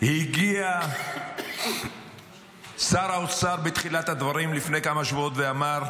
הגיע שר האוצר בתחילת הדברים לפני כמה שבועות וזרק: